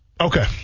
Okay